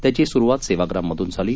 त्याची सुरुवात सेवाग्राममधून झाली